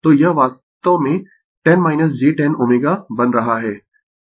तो यह वास्तव में 10 j 10 Ω बन रहा है